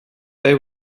they